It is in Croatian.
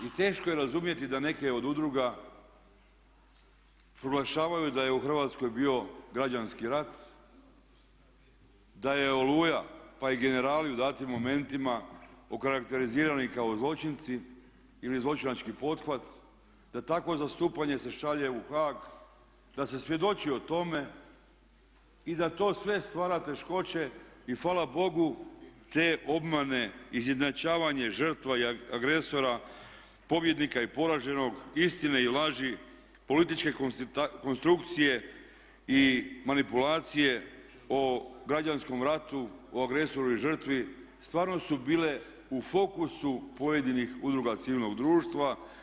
I teško je razumjeti da neke od udruga proglašavaju da je u Hrvatskoj bilo građanski rat, da je Oluja pa i generali u datim momentima okarakterizirani kao zločinci ili zločinački pothvat da takvo zastupanje se šalje u Haag, da se svjedoči o tome i da to sve stvar teškoće i hvala Bogu te obmane izjednačavanje, žrtva i agresora, pobjednika i poraženog, istine i laži, političke konstrukcije i manipulacije o građanskom ratu, o agresoru i žrtvi stvarno su bile u fokusu pojedinih udruga civilnog društva.